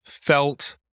felt